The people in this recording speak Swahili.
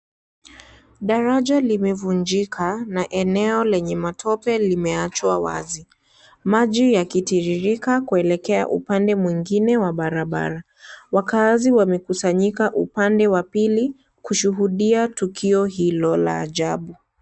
Daraja limevunjika na eneo lenye matope limeachwa wazi, maji yakitiririka kuelekea upande mwingine wa barabara, wakaazi wamekusanyika upande wa pili kushuhudia tukio hilo la ajabu.